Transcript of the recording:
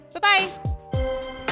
Bye-bye